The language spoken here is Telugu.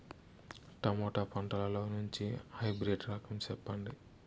టమోటా పంటలో మంచి హైబ్రిడ్ రకం చెప్పండి?